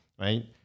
right